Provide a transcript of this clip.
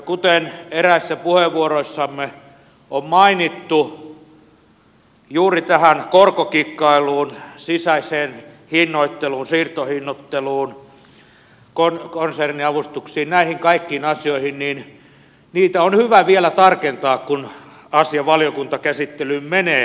kuten eräissä puheenvuoroissamme on mainittu juuri tätä korkokikkailua sisäistä hinnoittelua siirtohinnoittelua konserniavustuksia näitä kaikkia asioita on hyvä vielä tarkentaa kun asia valiokuntakäsittelyyn menee